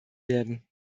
werden